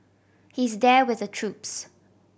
he's there with the troops